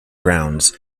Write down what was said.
grounds